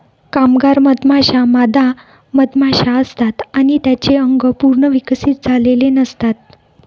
कामगार मधमाश्या मादा मधमाशा असतात आणि त्यांचे अंग पूर्ण विकसित झालेले नसतात